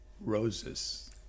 Roses